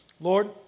Lord